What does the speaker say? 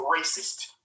racist